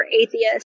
atheists